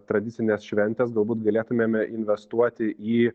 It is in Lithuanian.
tradicinės šventės galbūt galėtumėme investuoti į